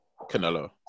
Canelo